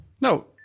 No